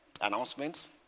announcements